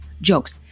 jokes